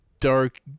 dark